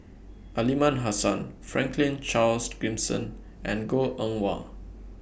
Aliman Hassan Franklin Charles Gimson and Goh Eng Wah